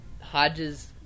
Hodge's